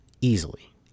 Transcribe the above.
easily